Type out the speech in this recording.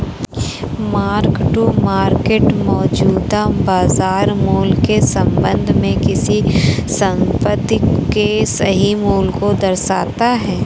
mark to market मौजूदा बाजार मूल्य के संबंध में किसी संपत्ति के सही मूल्य को दर्शाता है